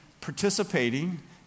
participating